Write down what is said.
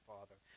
Father